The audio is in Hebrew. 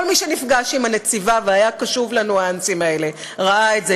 כל מי שנפגש עם הנציבה והיה קשוב לניואנסים האלה ראה את זה.